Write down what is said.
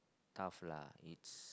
though lah it's